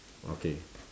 okay